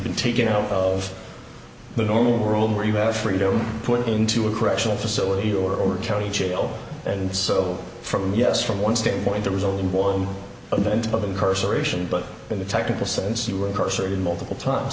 been taken out of the normal room where you have freedom put into a correctional facility or county jail and so from yes from one state point there was only one of the end of incarceration but in the technical sense you were incarcerated multiple times